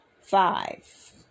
Five